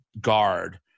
guard